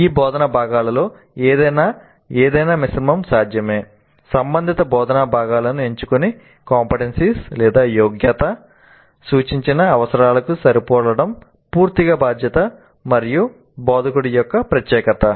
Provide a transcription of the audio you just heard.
ఈ బోధనా భాగాలలో ఏదైనా ఏదైనా మిశ్రమం సాధ్యమే సంబంధిత బోధనా భాగాలను ఎంచుకుని CO యోగ్యత సూచించిన అవసరాలకు సరిపోలడం పూర్తిగా బాధ్యత మరియు బోధకుడి యొక్క ప్రత్యేకత